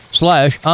slash